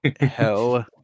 Hell